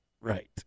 Right